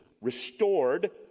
restored